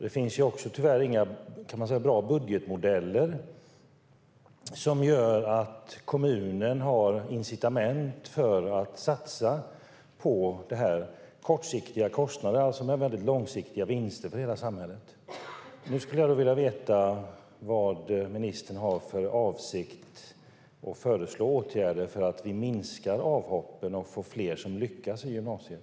Det finns tyvärr inte heller några bra budgetmodeller som gör att kommunerna har incitament för att satsa på dessa kortsiktiga kostnader som är väldigt långsiktiga vinster för hela samhället. Jag skulle vilja veta vilka åtgärder ministern avser att föreslå för att minska avhoppen och få fler som lyckas i gymnasiet.